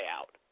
out